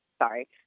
sorry